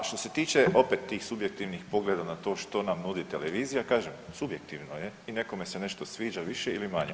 A što se tiče opet tih subjektivnih pogleda na to što nam nudi televizija, kažem, subjektivno je i nekome se nešto sviđa više ili manje.